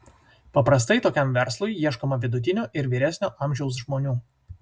paprastai tokiam verslui ieškoma vidutinio ir vyresnio amžiaus žmonių